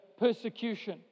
persecution